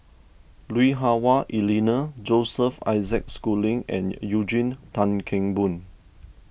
Lui Hah Wah Elena Joseph Isaac Schooling and Eugene Tan Kheng Boon